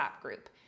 group